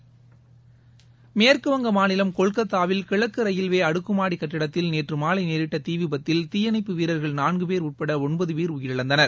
மேற்குவங்க மாநிலம் கொல்கத்தாவில் கிழக்குரயில்வேஅடுக்குமாடிகட்டிடத்தில் நேற்றுமாலைநேரிட்டதீவிபத்தில் தீயணைப்பு வீரர்கள் நான்குபேர் உட்படஒன்பதுபேர் உயிரிழந்தனர்